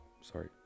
Sorry